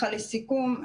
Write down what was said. לסיכום,